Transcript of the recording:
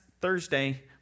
Thursday